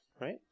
right